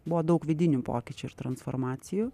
buvo daug vidinių pokyčių ir transformacijų